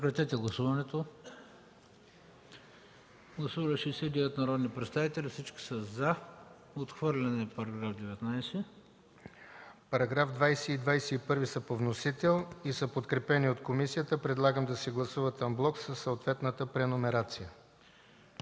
Параграфи 20 и 21 са по вносител, подкрепени от комисията. Предлагам да се гласуват анблок със съответната преномерация.